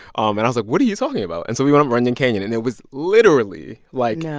um and i was like, what are you talking about? and so we went up runyon canyon. and it was literally like. no.